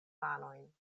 manojn